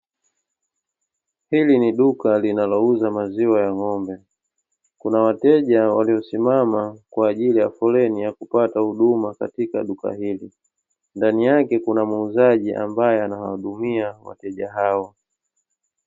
Hili ni duka linalouza maziwa ya ng'ombe, kuna wateja waliosimama kwa ajili ya foleni ya kupata huduma katika duka hili. Ndani yake kuna muuzaji ambaye anawahudumia wateja hao.